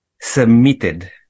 submitted